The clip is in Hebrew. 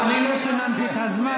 אני לא סימנתי את הזמן.